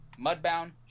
mudbound